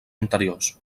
anteriors